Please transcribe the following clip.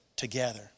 together